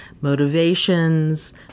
motivations